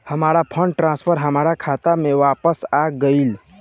हमार fund transfer हमार खाता में वापस आ गइल